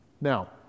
Now